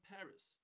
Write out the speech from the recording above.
Paris